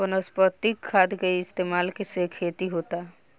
वनस्पतिक खाद के इस्तमाल के से खेती होता